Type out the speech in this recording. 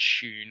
tune